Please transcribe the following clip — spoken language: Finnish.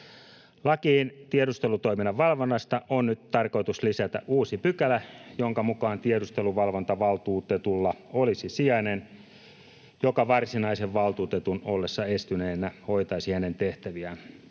Lakiin tiedustelutoiminnan valvonnasta on nyt tarkoitus lisätä uusi pykälä, jonka mukaan tiedusteluvalvontavaltuutetulla olisi sijainen, joka varsinaisen valtuutetun ollessa estyneenä hoitaisi hänen tehtäviään.